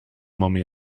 mommy